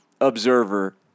observer